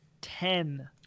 ten